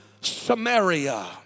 Samaria